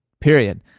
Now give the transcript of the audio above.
period